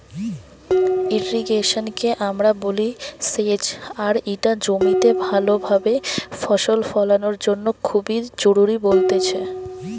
irrigation কে আমরা বলি সেচ আর ইটা জমিতে ভালো ভাবে ফসল ফোলানোর জন্য খুবই জরুরি বলতেছে